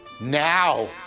Now